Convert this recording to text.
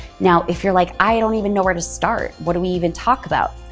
now, if you're like, i don't even know where to start, what do we even talk about?